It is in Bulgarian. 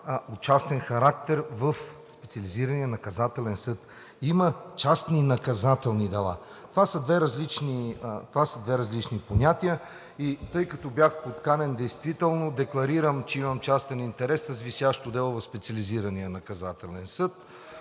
частен характер в Специализирания наказателен съд, а има частни наказателни дела. Това са две различни понятия. Тъй като бях подканен, действително декларирам, че имам частен интерес с висящо дело в Специализирания наказателен съд,